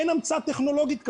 אין המצאה טכנולוגית כזאת.